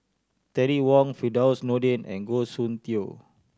Terry Wong Firdaus Nordin and Goh Soon Tioe